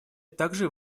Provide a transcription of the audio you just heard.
также